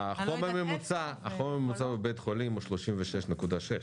החום הממוצע בבית חולים הוא 36.6,